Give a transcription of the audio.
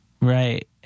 Right